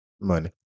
Money